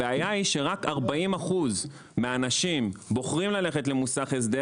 הבעיה היא שרק 40% מהאנשים בוחרים ללכת למוסך הסדר